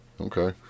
Okay